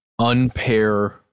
unpair